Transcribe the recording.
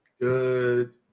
good